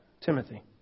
Timothy